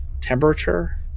temperature